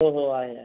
हो हो आहे आहे